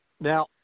Now